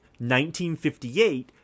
1958